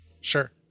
Sure